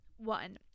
One